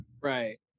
right